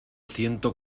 ciento